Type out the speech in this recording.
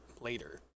later